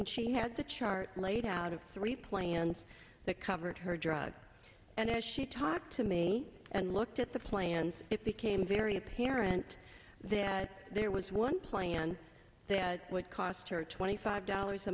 and she had the chart laid out of three plans that covered her drug and as she talked to me and looked at the plans it became very apparent that there was one plan that would cost her twenty five dollars a